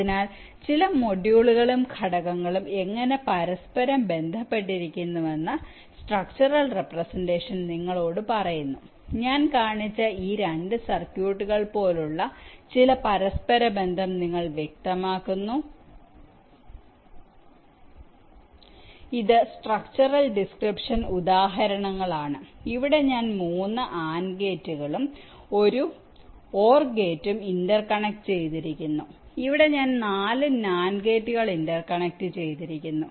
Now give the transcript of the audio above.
അതിനാൽ ചില മൊഡ്യൂളുകളും ഘടകങ്ങളും എങ്ങനെ പരസ്പരം ബന്ധപ്പെട്ടിരിക്കുന്നുവെന്ന് സ്ട്രക്ച്ചറൽ റെപ്രെസെന്റഷൻ നിങ്ങളോട് പറയുന്നു ഞാൻ കാണിച്ച ഈ 2 സർക്യൂട്ടുകൾ പോലുള്ള ചില പരസ്പരബന്ധം നിങ്ങൾ വ്യക്തമാക്കുന്നു ഇത് സ്ട്രക്ച്ചറൽ ഡിസ്ക്രിപ്ഷൻ ഉദാഹരണങ്ങളാണ് ഇവിടെ ഞാൻ 3 AND ഗേറ്റുകളും 1 OR ഗേറ്റും ഇന്റർകണക്ട് ചെയ്തിരിക്കുന്നു ഇവിടെ ഞാൻ 4 NAND ഗേറ്റുകൾ ഇന്റർകണക്ട് ചെയ്തിരിക്കുന്നു